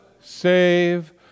save